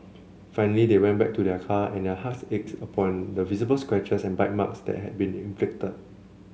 finally they went back to their car and their hearts ached upon seeing the visible scratches and bite marks that had been inflicted